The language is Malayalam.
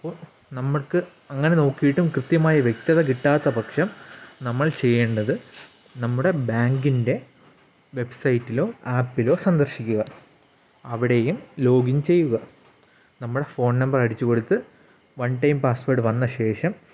ഇപ്പോൾ നമുക്ക് അങ്ങനെ നോക്കിയിട്ടും കൃത്യമായ വ്യക്തത കിട്ടാത്ത പക്ഷം നമ്മൾ ചെയ്യേണ്ടത് നമ്മുടെ ബാങ്കിൻ്റെ വെബ് സൈറ്റിലോ ആപ്പിലോ സന്ദർശിക്കുക അവിടെയും ലോഗിൻ ചെയ്യുക നമ്മൾ ഫോൺ നമ്പർ അടിച്ച് കൊടുത്ത് വൺ ടൈം പാസ്സ്വേർഡ് വന്ന ശേഷം